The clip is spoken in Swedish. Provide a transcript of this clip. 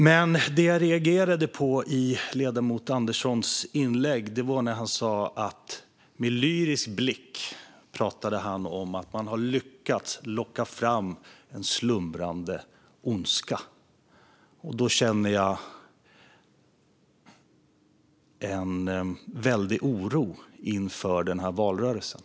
Men det jag reagerade på i ledamoten Anderssons inlägg var när han med lyrisk blick pratade om att man har lyckats locka fram en slumrande ondska. Då känner jag en väldig oro inför den här valrörelsen.